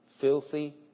filthy